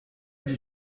did